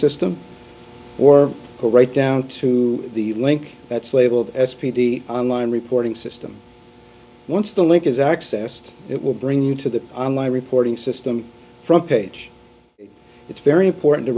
system or go right down to the link that's labeled s p d online reporting system once the link is accessed it will bring you to the on line reporting system front page it's very important to